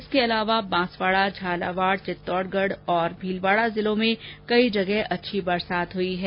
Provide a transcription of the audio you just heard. इसके अलावा बांसवाड़ा झालावाड़ चित्तौड़गढ़ भीलवाड़ा जिलों में कई जगह अच्छी बरसात हुई है